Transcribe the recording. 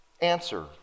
Answer